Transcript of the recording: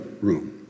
room